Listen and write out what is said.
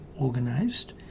organised